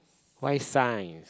why science